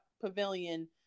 pavilion